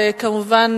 וכמובן,